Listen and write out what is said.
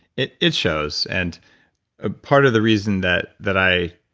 it it shows, and ah part of the reason that that i